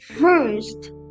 first